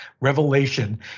revelation